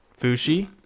Fushi